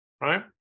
right